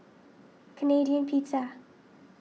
Canadian Pizza